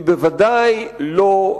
והיא בוודאי לא,